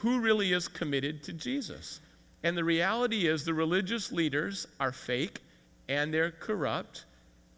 who really is committed to jesus and the reality is the religious leaders are fake and they're corrupt